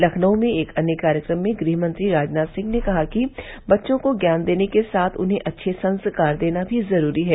लखनऊ में एक अन्य कार्यक्रम में गृहमंत्री राजनाथ सिंह ने कहा है कि बच्चों को ज्ञान देने के साथ उन्हें अच्छे संस्कार देना भी बहुत जरूरी है